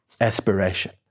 aspiration